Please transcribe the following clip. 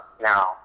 Now